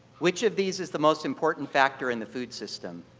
which of these is the most important factor in the food system.